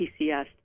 PCS